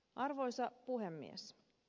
arvoisa puhemies